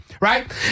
right